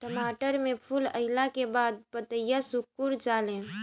टमाटर में फूल अईला के बाद पतईया सुकुर जाले?